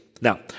Now